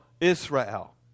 Israel